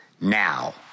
now